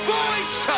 voice